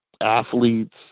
athletes